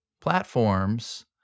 platforms